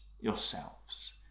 yourselves